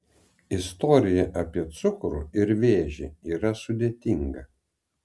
istorija apie cukrų ir vėžį yra sudėtinga